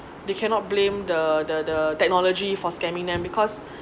they cannot blame the the technology for scamming them because